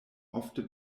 ofte